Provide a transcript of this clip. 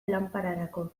lanpararako